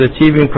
achieving